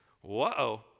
Whoa